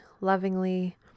lovingly